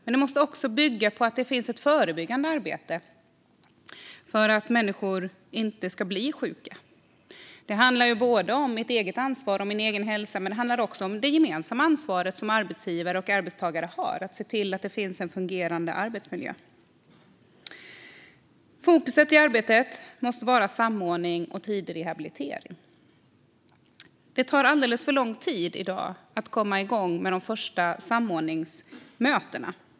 Men den måste också bygga på att det finns ett förebyggande arbete så att människor inte blir sjuka. Det handlar om mitt eget ansvar för min egen hälsa och om det gemensamma ansvaret som arbetsgivare och arbetstagare har att se till att det finns en fungerande arbetsmiljö. Fokuset i arbetet måste vara samordning och tidig rehabilitering. Det tar alldeles för lång tid i dag att komma igång med de första samordningsmötena.